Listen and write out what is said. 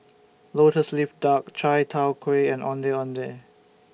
Lotus Leaf Duck Chai Tow Kway and Ondeh Ondeh